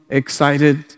excited